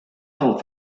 del